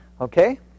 Okay